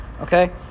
Okay